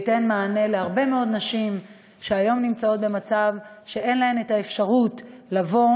שייתן מענה להרבה מאוד נשים שהיום נמצאות במצב שאין להן אפשרות לבוא